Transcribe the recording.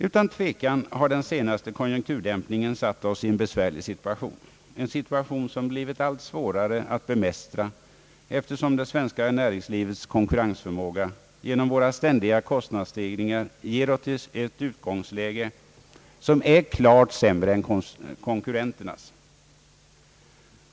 Utan tvekan har den senaste konjunkturdämpningen satt oss i en besvärlig situation, en situation som blivit svårare att bemästra eftersom det svenska näringslivets konkurrensförmåga genom våra ständiga kostnadsstegringar ger oss ett utgångsläge som är klart sämre än konkurrenternas.